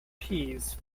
peas